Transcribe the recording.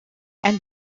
elle